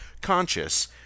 conscious